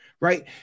Right